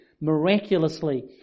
miraculously